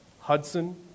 Hudson